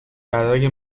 برای